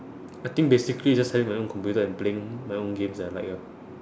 I think basically just having my own computer and playing my own games that I like ah